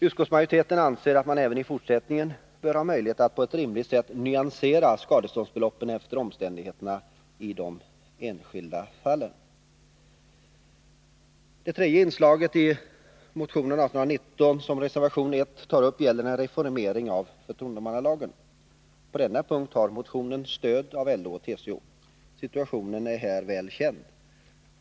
Utskottsmajoriteten anser att man även i fortsättningen bör ha möjlighet att på ett rimligt sätt nyansera skadeståndsbeloppen efter omständigheterna i de enskilda fallen. Det tredje inslaget i motion 1819 som reservation 1 tar upp gäller en reformering av förtroendemannalagen. På denna punkt har motionen stöd av LO och TCO. Situationen är här väl känd.